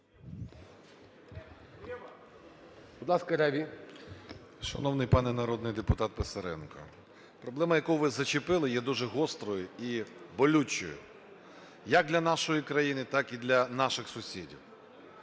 Шановний пане народний депутате Писаренко, проблема, яку ви зачепили, є дуже і болючою як для нашої країни, так і для наших сусідів.